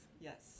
yes